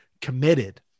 committed